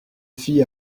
fille